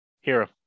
Hero